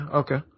okay